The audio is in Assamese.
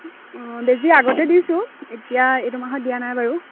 অঁ বেজী আগতে দিছোঁ এতিয়া এইটো মাহত দিয়া নাই বাৰু